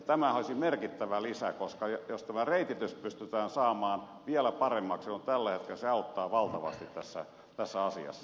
tämähän olisi merkittävä lisä koska jos tämä reititys pystytään saamaan vielä paremmaksi kuin tällä hetkellä se auttaa valtavasti tässä asiassa